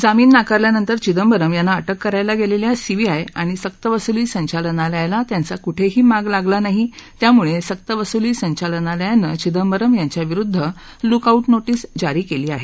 जामीन नाकारल्यानंतर चिदंबरम यांना अटक करायला गेलेल्या सीबीआय आणि सक्तवसुली संचालनालयाला त्यांचा कुठेही माग लागला नाही त्यामुळे सक्तवसुली संचालनालयानं चिदंबरम यांच्या विरुद्ध लुकआऊट नोटीस जारी केली आहे